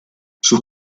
sus